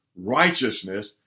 righteousness